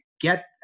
get